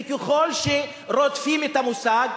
וככל שרודפים את המושג,